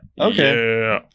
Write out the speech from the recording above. Okay